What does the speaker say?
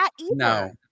No